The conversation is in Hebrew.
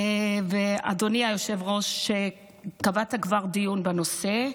אדוני היושב-ראש, קבעת כבר דיון בנושא,